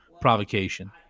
provocation